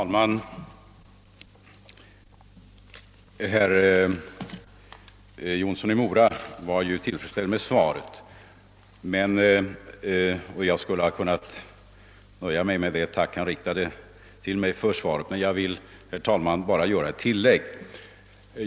Herr Jonsson i Mora var tillfredsställd med mitt svar på hans interpellation och jag skulle ha kunnat nöja mig med det tack han riktat till mig, men jag vill göra ett litet tillägg.